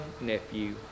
nephew